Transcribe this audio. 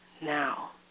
now